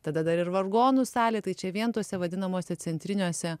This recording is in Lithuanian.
tada dar ir vargonų salė tai čia vien tose vadinamose centriniuose